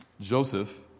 Joseph